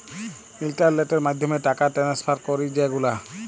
ইলটারলেটের মাধ্যমে টাকা টেনেসফার ক্যরি যে গুলা